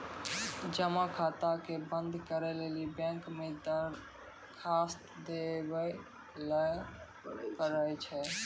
जमा खाता के बंद करै लेली बैंक मे दरखास्त देवै लय परै छै